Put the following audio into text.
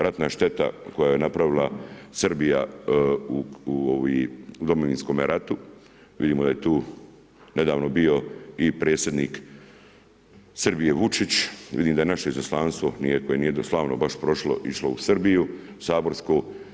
Ratna šteta koja je napravila Srbija u Domovinskome ratu, vidimo da je tu nedavno bio i predsjednik Srbije Vučić, vidimo da naše izaslanstvo, koje nije baš slavno prošlo išlo u Srbiju, saborsko.